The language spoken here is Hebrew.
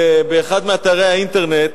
באחד מאתרי האינטרנט